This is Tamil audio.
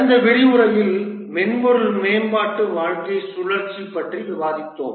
கடந்த விரிவுரையில் மென்பொருள் மேம்பாட்டு வாழ்க்கை சுழற்சி பற்றி விவாதித்தோம்